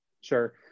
Sure